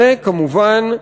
וכמובן,